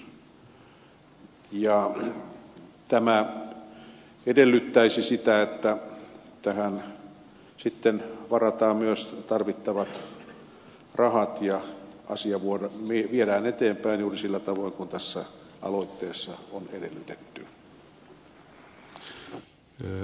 tämä edellyttäisi sitä että tähän sitten varataan myös tarvittavat rahat ja asia viedään eteenpäin juuri sillä tavoin kuin tässä aloitteessa on edellytetty